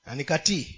Anikati